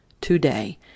today